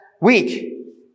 week